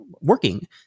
working